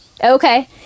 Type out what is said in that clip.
okay